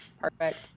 Perfect